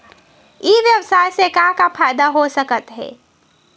ई व्यवसाय से का का फ़ायदा हो सकत हे?